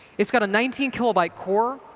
it's got a nineteen kilobyte core.